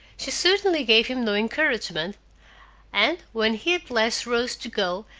she certainly gave him no encouragement and, when he at last rose to go,